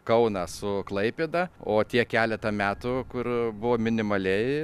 kauną su klaipėda o tie keletą metų kur buvo minimaliai